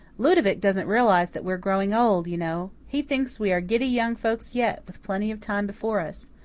ludovic doesn't realize that we are growing old, you know. he thinks we are giddy young folks yet, with plenty of time before us.